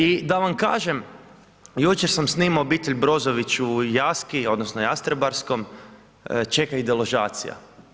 I da vam kažem, jučer sam snimao obitelj Brozović u Jaski odnosno Jastrebarskom, čeka ih deložacija.